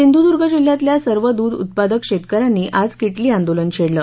सिंधुदुर्ग जिल्ह्यातल्या सर्व दूध उत्पादक शेतकऱ्यांनी आज किटली आंदोलन छेडलं